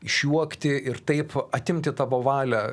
išjuokti ir taip atimti tavo valią